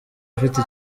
afite